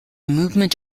movement